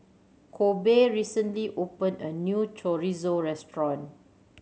Kobe recently opened a new Chorizo Restaurant